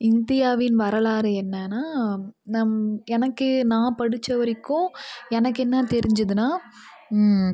இந்தியாவின் வரலாறு என்னென்னா நம் எனக்கு நான் படித்த வரைக்கும் எனக்கு என்ன தெரிஞ்சதுனா